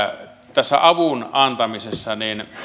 tästä avun antamisesta